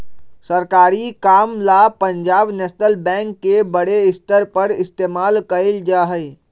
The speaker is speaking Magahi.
सरकारी काम ला पंजाब नैशनल बैंक के बडे स्तर पर इस्तेमाल कइल जा हई